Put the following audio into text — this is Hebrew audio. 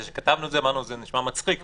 כשכתבנו "הגעה למשכן הכנסת" אמרנו שזה נשמע מצחיק,